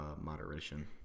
moderation